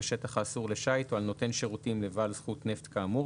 בשטח האסור לשיט או על נותן שירותים לבעל זכות נפט כאמור,